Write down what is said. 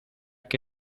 que